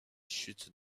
chutes